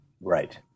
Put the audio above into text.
right